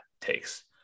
takes